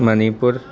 Manipur